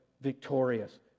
victorious